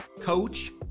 coach